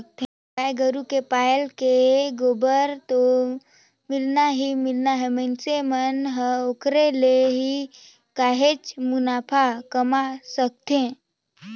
गाय गोरु के पलई ले गोबर तो मिलना ही मिलना हे मइनसे मन ह ओखरे ले ही काहेच मुनाफा कमा सकत हे